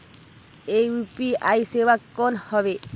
ये यू.पी.आई सेवा कौन हवे?